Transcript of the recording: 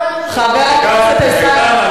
חבר הכנסת אלסאנע.